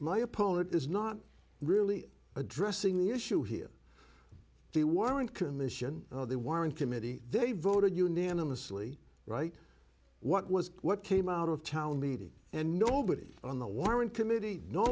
my opponent is not really addressing the issue here the warren commission they weren't committee they voted unanimously right what was what came out of town meeting and nobody on the warren committee no